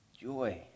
Joy